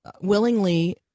willingly